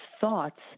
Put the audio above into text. thoughts